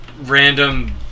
random